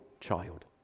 child